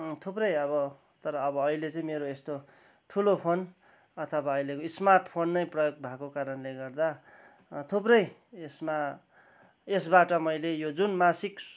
थुप्रै अब तर अब अहिले चाहिँ मेरो चाहिँ यस्तो ठुलो फोन अथवा अहिलेको स्मार्ट फोन नै प्रयोग भएको कारणले गर्दा थुप्रै यसमा यसबाट मैले यो जुन मासिक